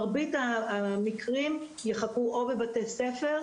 מרבית המקרים ייחקרו או בבתי ספר,